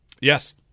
Yes